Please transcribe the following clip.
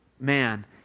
man